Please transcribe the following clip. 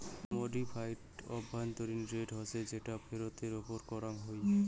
modified আভ্যন্তরীণ rate হসে যেটা ফেরতের ওপর করাঙ হই